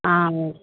ஆ